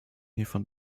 hiervon